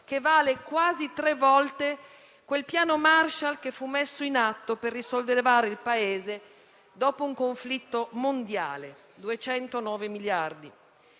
che vale quasi tre volte quel piano Marshall che fu messo in atto per risollevare il Paese dopo un conflitto mondiale: 209 miliardi.